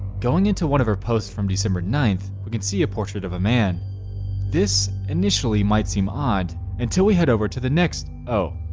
going into one of her posts from december ninth. we can see a portrait of a man this initially might seem odd until we head over to the next. oh